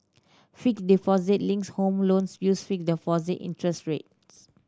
fixed deposit linked home loans use fixed deposit interest rates